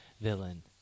villain